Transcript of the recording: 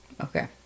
Okay